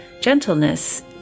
gentleness